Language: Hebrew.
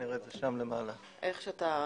אריזות קטנות,